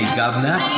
governor